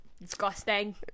disgusting